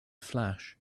flash